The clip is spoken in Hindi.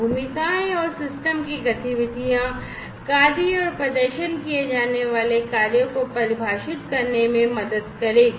भूमिकाएं और सिस्टम की गतिविधियां कार्य और प्रदर्शन किए जाने वाले कार्यों को परिभाषित करने में मदद करेगी